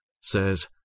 Says